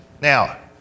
Now